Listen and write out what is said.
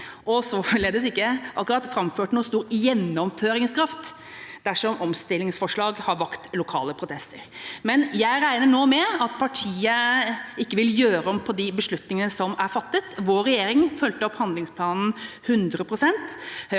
har således ikke akkurat framført noen stor gjennomføringskraft der hvor omstillingsforslag har vakt lokale protester. Jeg regner nå med at partiet ikke vil gjøre om på de beslutningene som er fattet. Vår regjering fulgte opp handlingsplanen hundre prosent.